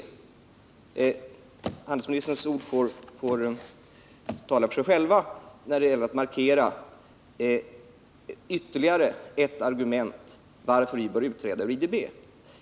Handelsministerns ord får tala för sig själva när det gäller att markera ytterligare ett argument för att vi bör utträda ur IDB.